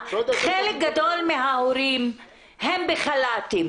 חלק גדול מההורים הם בחל"ת,